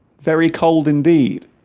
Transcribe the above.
very cold indeed